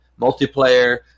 multiplayer